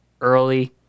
early